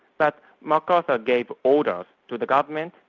but macarthur gave orders to the government,